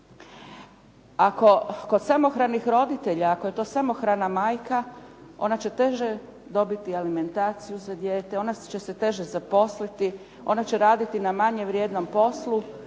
Ako kod samohranih roditelja, ako je to samohrana majka, ona će teže dobiti alimentaciju za dijete, ona će se teže zaposliti, ona će raditi na manje vrijednom poslu,